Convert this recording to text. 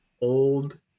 old